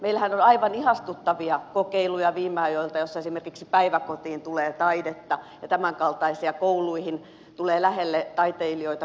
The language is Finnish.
meillähän on aivan ihastuttavia kokeiluja viime ajoilta joissa esimerkiksi päiväkotiin tulee taidetta ja tämän kaltaisia kouluihin tulee lähelle taiteilijoita kulttuurintekijöitä